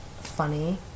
funny